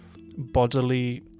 bodily